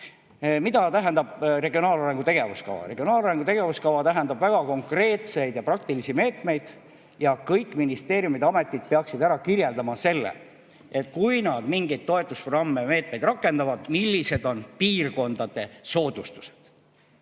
Mida tähendab regionaalarengu tegevuskava? Regionaalarengu tegevuskava tähendab väga konkreetseid ja praktilisi meetmeid ja kõik ministeeriumid ja ametid peaksid ära kirjeldama, et kui nad mingeid toetusprogramme ja ‑meetmeid rakendavad, millised on piirkondade soodustused.